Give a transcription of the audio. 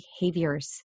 behaviors